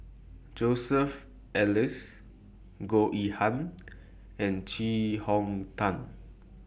Joseph Elias Goh Yihan and Chee Hong Tat